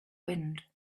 wind